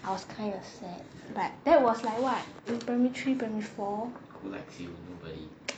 I was kind of sad but that was like what in primary three primary four